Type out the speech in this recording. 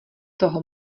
toho